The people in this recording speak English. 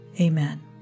Amen